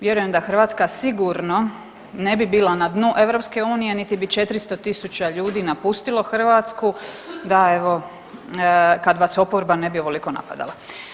Vjerujem da Hrvatska sigurno ne bi bila na dnu EU niti bi 400.000 ljudi napustilo Hrvatsku da evo kad vas oporba ne bi ovoliko napadala.